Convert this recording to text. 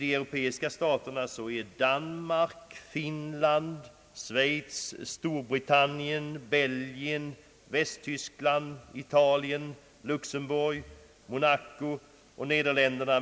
De europeiska medlemsstaterna är: Danmark, Finland, Schweiz, Storbritannien, Belgien, Västtyskland, Italien, Luxemburg, Monaco och Nederländerna.